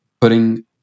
putting